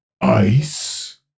ice